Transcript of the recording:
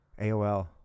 AOL